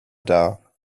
dar